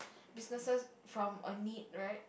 businesses from a need right